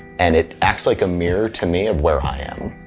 and it acts like a mirror to me of where i am.